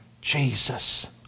Jesus